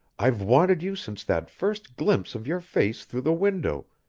i've wanted you since that first glimpse of your face through the window,